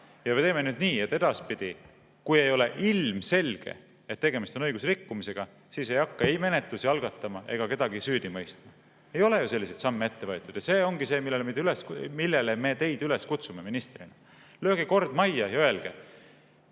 ära. Me teeme nüüd nii, et edaspidi, kui ei ole ilmselge, et tegemist on õigusrikkumisega, siis ei hakata ei menetlusi algatama ega kedagi süüdi mõistma," ei ole. Ei ole ju selliseid samme ette võetud. Ja see ongi see, millele me teid kui ministrit üles kutsume – lööge kord majja ja öelge: